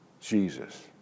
Jesus